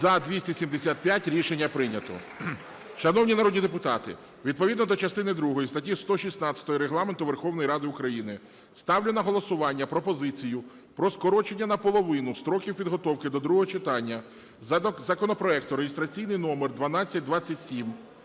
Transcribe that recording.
За-275 Рішення прийнято. Шановні народні депутати, відповідно до частини другої статті 116 Регламенту Верховної Ради України ставлю на голосування пропозицію про скорочення наполовину строків підготовки до другого читання законопроекту (реєстраційний номер 1227)